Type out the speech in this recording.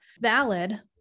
valid